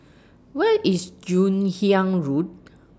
Where IS Joon Hiang Road